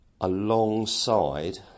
alongside